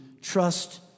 trust